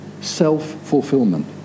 self-fulfillment